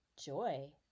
joy